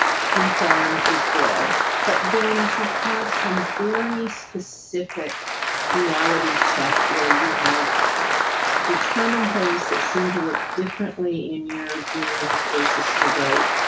freeform is good but then to have some very specific reality checks where you have determined things that seem to work differently in your dreams versus awake,